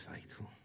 faithful